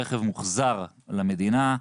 הרכב מוחזר למדינה.